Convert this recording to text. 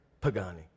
Pagani